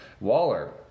Waller